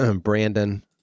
brandon